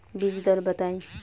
बीज दर बताई?